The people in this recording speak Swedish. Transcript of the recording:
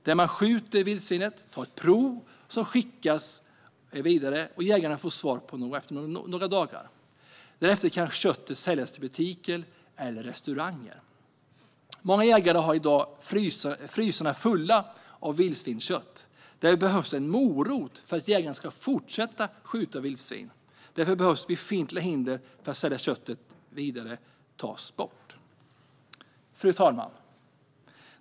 Där skjuter jägaren vildsvinet, tar ett prov som skickas vidare och får svar efter några dagar. Därefter kan köttet säljas till butiker eller restauranger. Många jägare har i dag frysarna fulla av vildsvinskött. Det behövs en morot för att de ska fortsätta skjuta vildsvin. Därför behöver befintliga hinder för att sälja köttet vidare tas bort. Fru talman!